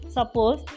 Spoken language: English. Suppose